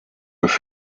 with